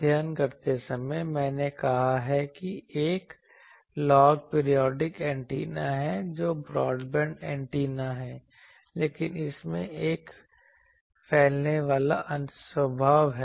अध्ययन करते समय मैंने कहा कि एक लॉग पीरियोडिक ऐन्टेना है जो ब्रॉडबैंड एंटीना है लेकिन इसमें एक फैलने वाला स्वभाव है